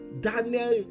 Daniel